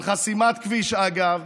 על חסימת כביש, אגב,